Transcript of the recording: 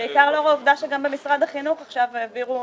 בעיקר לאור העובדה שגם במשרד החינוך עכשיו העבירו